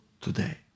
today